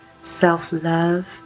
self-love